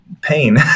pain